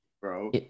bro